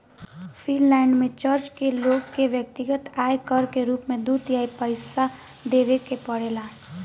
Finland में church के लोग के व्यक्तिगत आय कर के रूप में दू तिहाई पइसा देवे के पड़ेला